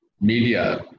media